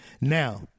Now